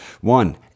One